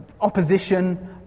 opposition